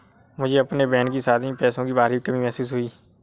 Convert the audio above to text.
मुझे अपने बहन की शादी में पैसों की भारी कमी महसूस हुई